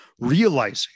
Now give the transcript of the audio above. Realizing